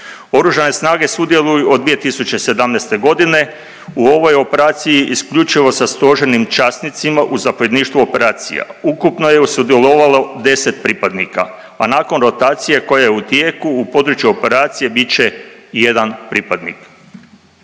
oružane snage sudjeluju od 2017.g. u ovoj operaciji isključivo sa stožernim časnicima u zapovjedništvu operacija. Ukupno je sudjelovalo 10 pripadnika, a nakon rotacije koja je u tijeku u području operacije bit će jedan pripadnik.